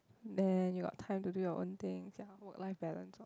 then you got time to do your own things ya work life balance lor